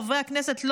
חברי הכנסת,